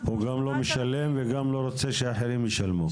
--- הוא גם לא משלם וגם לא רוצה שאחרים ישלמו.